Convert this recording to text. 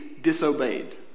disobeyed